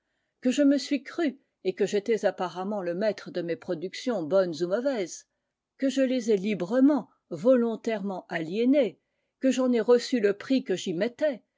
que je me suis cru et que j'étais apparemment le maître de mes productions bonnes ou mauvaises que je les ai librement volontairement aliénées que j'en ai reçu le prix que j'y mettais